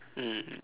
mm